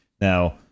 Now